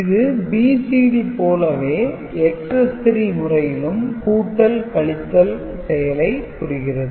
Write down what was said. இது BCD போலவே Excess - 3 முறையிலும் கூட்டல் கழித்தல் செயலை புரிகிறது